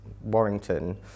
Warrington